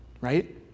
right